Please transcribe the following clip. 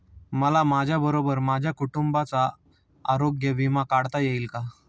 मला माझ्याबरोबर माझ्या कुटुंबाचा आरोग्य विमा काढता येईल का?